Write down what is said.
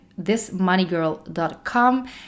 thismoneygirl.com